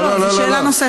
לא לא, זאת שאלה נוספת.